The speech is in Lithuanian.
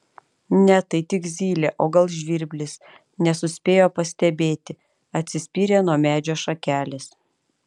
ne tai tik zylė o gal žvirblis nesuspėjo pastebėti atsispyrė nuo medžio šakelės